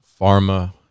Pharma